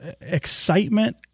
excitement